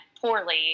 poorly